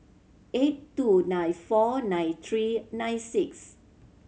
eight two nine four nine three nine six